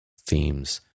themes